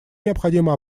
необходима